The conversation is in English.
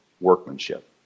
workmanship